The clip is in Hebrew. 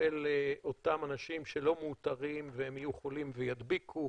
אותם אנשים שלא מאותרים והם יהיו חולים וידביקו,